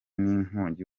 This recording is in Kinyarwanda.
n’inkongi